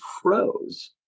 froze